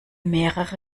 mehrere